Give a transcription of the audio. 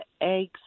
eggs